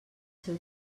seu